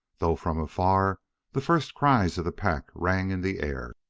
though from afar the first cries of the pack rang in the air.